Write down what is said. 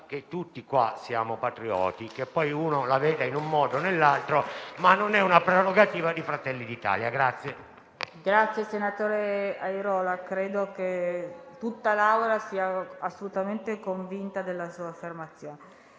Senatore Airola, credo che tutta l'Assemblea sia assolutamente convinta della sua affermazione.